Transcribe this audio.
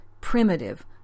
primitive